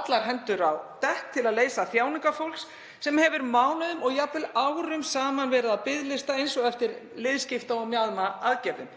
allar hendur á dekk til að leysa þjáningar fólks sem hefur mánuðum og jafnvel árum saman verið á biðlista, t.d. eftir liðskipta- og mjaðmaaðgerðum.